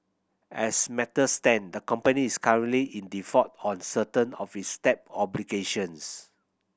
as matters stand the company is currently in default on certain of its debt obligations